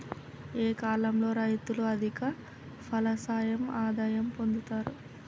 ఏ కాలం లో రైతులు అధిక ఫలసాయం ఆదాయం పొందుతరు?